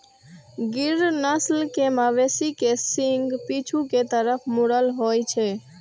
गिर नस्ल के मवेशी के सींग पीछू के तरफ मुड़ल होइ छै